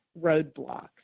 roadblocks